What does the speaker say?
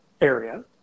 area